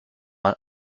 mal